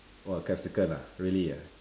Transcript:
!wah! capsicum ah really ah